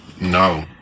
No